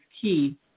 key